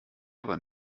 aber